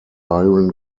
iron